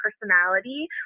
personality